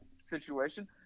situation